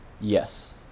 Yes